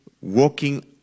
walking